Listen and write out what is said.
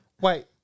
Wait